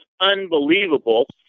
unbelievable